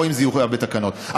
או בתקנות,